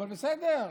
אבל בסדר,